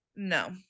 No